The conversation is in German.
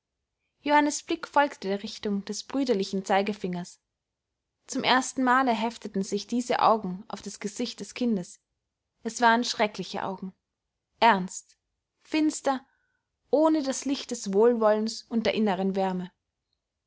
johannes blick folgte der richtung des brüderlichen zeigefingers zum ersten male hefteten sich diese augen auf das gesicht des kindes es waren schreckliche augen ernst finster ohne das licht des wohlwollens und der inneren wärme